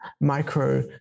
micro